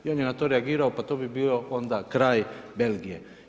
I on je na to reagirao, pa to bi bio onda kraj Belgije.